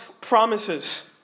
promises